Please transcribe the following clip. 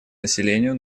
населению